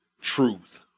truth